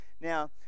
Now